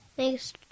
Thanks